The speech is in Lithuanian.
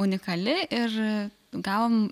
unikali ir gavom